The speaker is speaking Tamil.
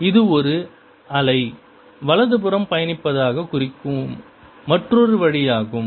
இது ஒரு அலை வலதுபுறம் பயணிப்பதாக குறிக்கும் மற்றொரு வழியாகும்